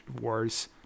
Wars